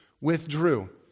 withdrew